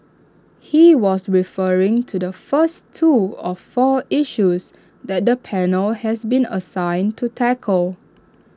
he was referring to the first two of four issues that the panel has been assigned to tackle